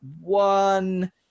one